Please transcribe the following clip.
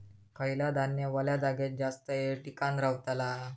खयला धान्य वल्या जागेत जास्त येळ टिकान रवतला?